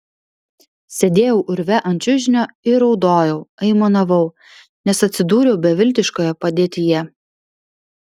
sėdėjau urve ant čiužinio ir raudojau aimanavau nes atsidūriau beviltiškoje padėtyje